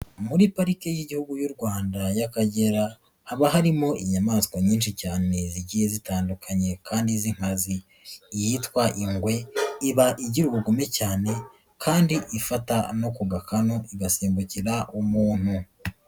Muri pariki y'Igihugu y'u Rwanda y'Akagera, haba harimo inyamaswa nyinshi cyane zigiye zitandukanye kandi z'inkazi. Iyitwa ingwe iba igira ubugome cyane kandi ifata no ku gakanu, igasimbukira umuntu.